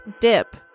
dip